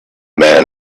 man